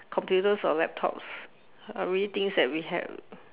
computers or laptops everyday things that we have